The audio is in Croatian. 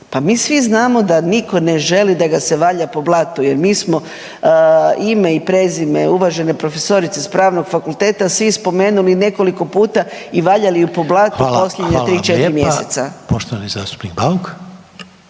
Pa mi svi znamo da nitko ne želi da ga se valja po blatu, jer mi smo ime i prezime uvažene profesorice sa Pravnog fakulteta svi spomenuli nekoliko puta i valjali je po blatu posljednja tri, četiri